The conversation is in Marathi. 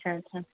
अच्छा अच्छा